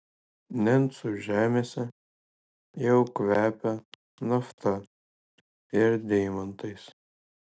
nencų žemėse jau kvepia nafta ir deimantais